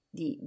di